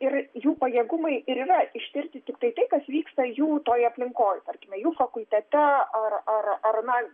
ir jų pajėgumai ir yra ištirti tiktai tai kas vyksta jų toj aplinkoj tarkime jų fakultete ar ar na